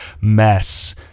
mess